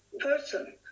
person